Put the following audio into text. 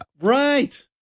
Right